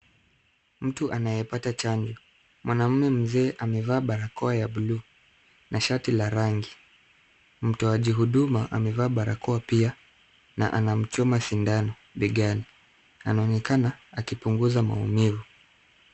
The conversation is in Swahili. Mtu anayepata chanjo. Mwanamume mzee amevaa barakoa ya buluu na shati la rangi. Mtoaji huduma amevaa barakoa pia. Na ana mchoma sindano, begani. Anaonekana akipunguza maumivu.